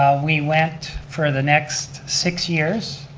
we went for the next six years,